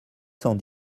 cent